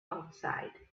outside